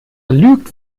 lügt